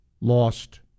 Lost